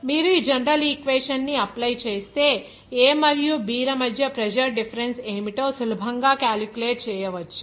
మీరు general equation ని apply చేస్తే A మరియు B ల మధ్య ప్రెజర్ డిఫరెన్స్ ఏమిటో సులభంగా క్యాలిక్యులేట్ చేయవచ్చు